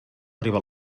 arriba